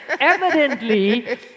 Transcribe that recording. evidently